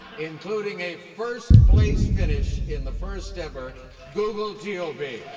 including a first place finish in the first-ever google geo bee.